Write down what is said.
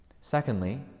Secondly